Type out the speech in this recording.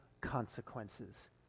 consequences